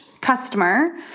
customer